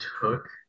took